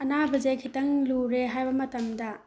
ꯑꯅꯥꯕꯁꯦ ꯈꯤꯇꯪ ꯂꯨꯔꯦ ꯍꯥꯏꯕ ꯃꯇꯝꯗ